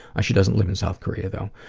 she doesn't live in south korea, though.